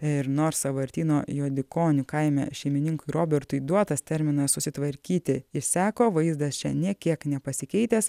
ir nors sąvartyno juodikonių kaime šeimininkui robertui duotas terminas susitvarkyti išseko vaizdas čia nė kiek nepasikeitęs